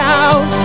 out